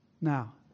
Now